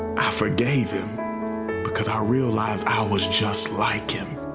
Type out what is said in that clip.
i forgave him because i realized i was just like him.